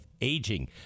aging